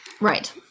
right